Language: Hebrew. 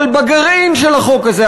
אבל בגרעין של החוק הזה,